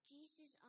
Jesus